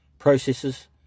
processes